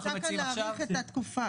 מוצע כאן להאריך את התקופה.